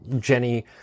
Jenny